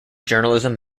journalism